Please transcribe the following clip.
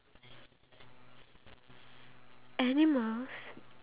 we we we had that sausage before